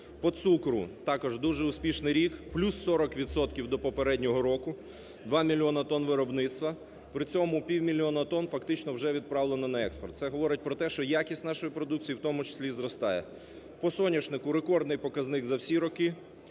По цукру також дуже успішний рік: плюс 40 відсотків до попереднього року – 2 мільйони тонн виробництва, при цьому півмільйона тонн фактично вже відправлено на експорт. Це говорить про те, що якість нашої продукції в тому числі й зростає. По соняшнику рекордний показник за всі роки: